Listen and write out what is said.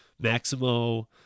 Maximo